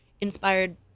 inspired